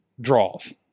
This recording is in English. draws